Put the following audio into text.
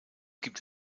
gibt